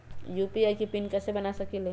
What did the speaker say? UPI के PIN कैसे बना सकीले?